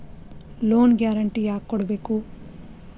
Loan guarantee ಯಾಕ್ ಕೊಡ್ಬೇಕು?